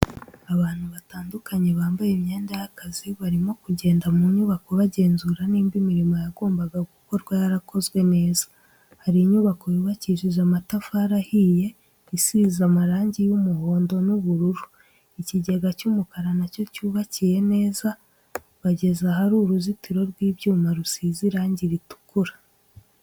Abantu batandukanye bambaye imyenda y'akazi barimo kugenda mu nyubako bagenzura niba imirimo yagombaga gukorwa yarakozwe neza, hari inyubako yubakishije amatafari ahiye isize amarangi y'umuhondo n'ubururu, ikigega cy'umukara na cyo cyubakiye neza, bageze ahari uruzitiro rw'ibyuma rusize irangi ritukura.